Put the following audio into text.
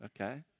okay